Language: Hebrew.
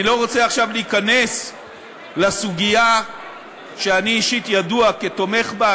אני לא רוצה עכשיו להיכנס לסוגיה שאני אישית ידוע כתומך בה,